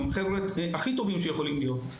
הם החברה הכי טובים שיכולים להיות.